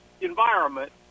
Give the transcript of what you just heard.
environment